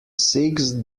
sixth